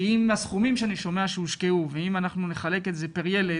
כי אם הסכומים שאני שומע שהושקעו ואם אנחנו נחלק את זה פר ילד,